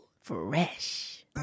fresh